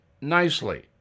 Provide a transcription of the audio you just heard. nicely